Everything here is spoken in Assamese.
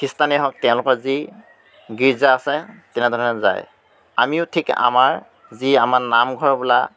খ্ৰীষ্টানেই হওক তেওঁলোকৰ যি গীৰ্জা আছে তেনেধৰণে যায় আমিও ঠিক আমাৰ যি আমাৰ নামঘৰ বোলা